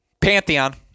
Pantheon